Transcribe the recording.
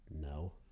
no